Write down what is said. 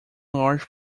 large